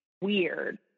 weird